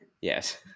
Yes